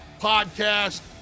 Podcast